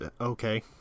Okay